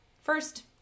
first